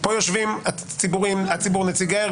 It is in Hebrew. פה יושבים נציגי הציבור והארגונים,